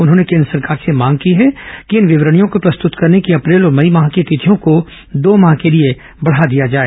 उन्होंने केन्द्र सरकार से मांग की है कि इन विवरणियों को प्रस्तत करने की अप्रैल और मई माह की तिथियों को दो माह के लिए बढ़ाया जाए